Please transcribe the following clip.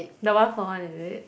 the one for one is it